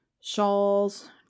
shawls